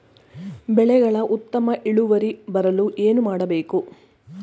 ಬೆಳೆಗಳ ಉತ್ತಮ ಇಳುವರಿ ಬರಲು ಏನು ಮಾಡಬೇಕು?